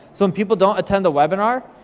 some people don't attend the webinar,